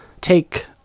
take